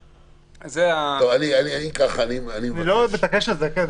אני לא מתעקש על זה.